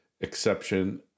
exception